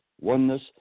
oneness